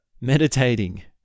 meditating